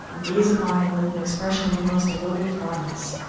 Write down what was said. and gaze upon him with an expression of the most devoted fondness.